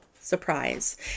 surprise